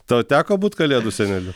tau teko būt kalėdų seneliu